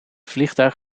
vliegtuig